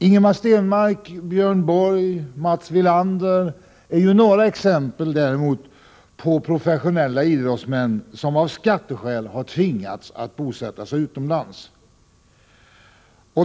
Ingemar Stenmark, Björn Borg och Mats Wilander är några exempel på professionella idrottsmän som av skatteskäl tvingats bosätta sig utomlands.